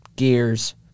gears